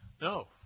No